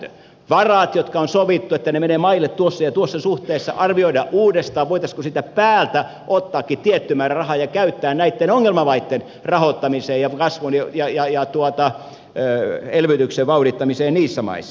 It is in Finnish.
varat joista on sovittu että ne menevät maille tuossa ja tuossa suhteessa arvioidaan uudestaan niin että voitaisiinko siitä päältä ottaakin tietty määrä rahaa ja käyttää näitten ongelmamaitten rahoittamiseen ja kasvuun ja elvytyksen vauhdittamiseen niissä maissa